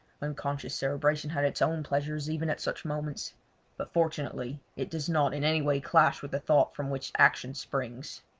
unconscious cerebration has its own pleasures, even at such moments but fortunately it does not in any way clash with the thought from which action springs.